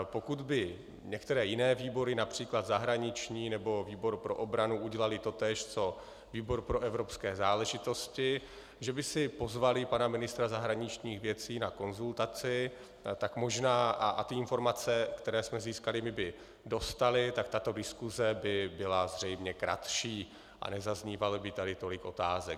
Pokud by některé jiné výbory, například zahraniční nebo výbor pro obranu, udělaly totéž co výbor pro evropské záležitosti, že by si pozvaly pana ministra zahraničních věcí na konzultaci a informace, které jsme získali, by dostaly, tak tato diskuse by byla zřejmě kratší a nezaznívalo by zde tolik otázek.